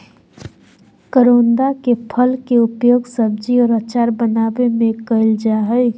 करोंदा के फल के उपयोग सब्जी और अचार बनावय में कइल जा हइ